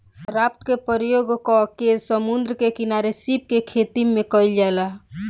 raft के प्रयोग क के समुंद्र के किनारे सीप के खेतीम कईल जाला